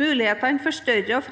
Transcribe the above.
Mulighetene for større og